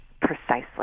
Precisely